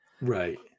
Right